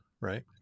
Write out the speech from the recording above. right